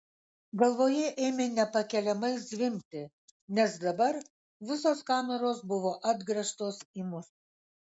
galvoje ėmė nepakeliamai zvimbti nes dabar visos kameros buvo atgręžtos į mus